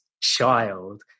child